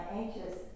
anxious